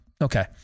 Okay